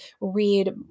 read